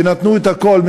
ונתנו את הכול,